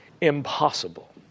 impossible